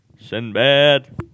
Sinbad